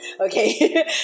Okay